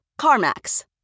CarMax